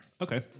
Okay